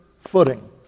footing